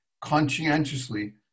conscientiously